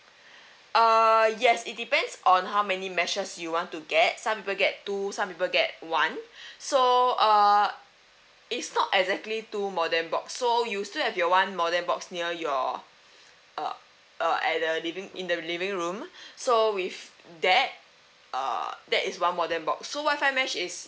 uh yes it depends on how many meshes you want to get some people get two some people get one so uh it's not exactly two modem box so you still have your one modem box near your uh uh at the living in the living room so with that uh that is one modem box so wifi mesh is